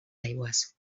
aigües